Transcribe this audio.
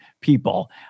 people